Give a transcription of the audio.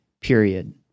period